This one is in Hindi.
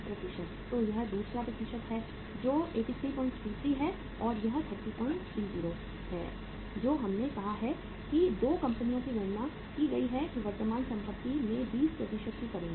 तो यह दूसरा प्रतिशत है जो 8333 है और यह 3030 है जो हमने कहा है कि 2 कंपनियों में गणना की गई है कि वर्तमान संपत्ति में 20 की कमी है